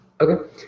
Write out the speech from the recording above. Okay